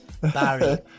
Barry